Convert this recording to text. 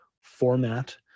format